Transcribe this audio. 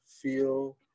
feel